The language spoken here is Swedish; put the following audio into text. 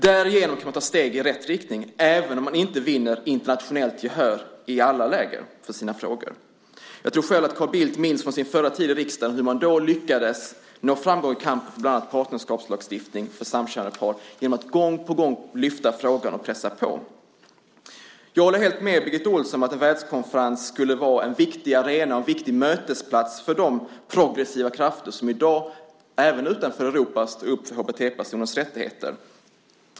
Därigenom kan man ta steg i rätt riktning även om man inte vinner internationellt gehör i alla lägen för sina frågor. Jag tror att Carl Bildt minns från sin förra tid i riksdagen hur man då lyckades nå framgång i kampen för bland annat partnerskapslagstiftning för samkönade par genom att gång på gång lyfta fram frågan och pressa på. Jag håller helt med Birgitta Ohlsson om att en världskonferens skulle vara en viktig arena och en viktig mötesplats för de progressiva krafter som i dag, även utanför Europa, står upp för HBT-personers rättigheter.